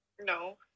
No